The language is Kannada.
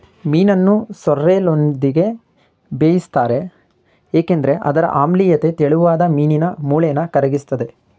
ಮೀನನ್ನು ಸೋರ್ರೆಲ್ನೊಂದಿಗೆ ಬೇಯಿಸ್ತಾರೆ ಏಕೆಂದ್ರೆ ಅದರ ಆಮ್ಲೀಯತೆ ತೆಳುವಾದ ಮೀನಿನ ಮೂಳೆನ ಕರಗಿಸ್ತದೆ